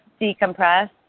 decompress